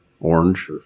orange